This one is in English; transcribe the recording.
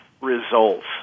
results